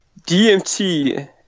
DMT